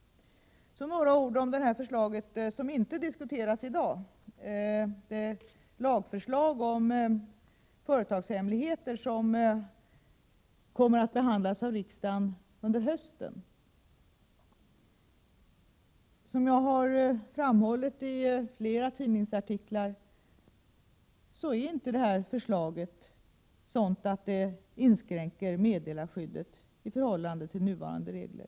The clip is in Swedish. Så några ord om ett förslag som inte diskuteras i dag, det lagförslag om företagshemligheter som kommer att behandlas av riksdagen under hösten. Som jag har framhållit i flera tidningsartiklar är detta förslag inte sådant att det inskränker meddelarskyddet i förhållande till nuvarande regler.